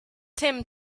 tim